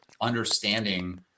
understanding